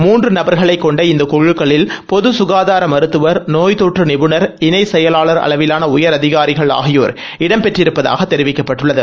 மூன்று நபர்களைக் கொண்ட இந்த குழுக்களில் பொது ககாதார மருத்துவர் தொற்று நோய் நிபுணர் இணைச் செயலாளர் அளவிலான உயரதிகாரி ஆகியோர் இடம்பெற்றிருப்பதாக தெரிவிக்கப்பட்டுள்ளது